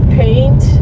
paint